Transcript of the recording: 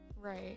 Right